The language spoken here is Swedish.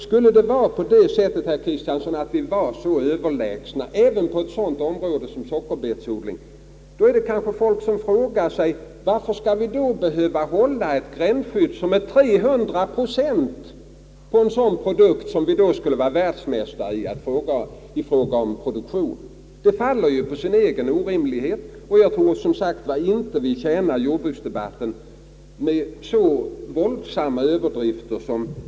Skulle det vara på det sättet, herr Kristiansson, att vi vore överlägsna även på ett sådant område som sockerodlingen, så måste folk fråga sig: Varför skall vi då behöva hålla ett gränsskydd på 300 procent för en produkt som vi skulle vara världsmästare i att producera? Påståendet faller på sin egen orimlighet. Jag tror, som sagt, att vi inte tjänar jordbruksdebatten med så våldsamma överdrifter.